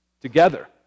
together